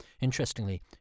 interestingly